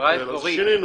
חברה אזורית